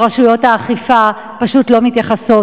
שרשויות האכיפה פשוט לא מתייחסות.